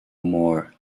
more